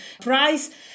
price